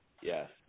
yes